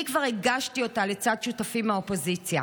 אני כבר הגשתי אותה לצד שותפים מהאופוזיציה,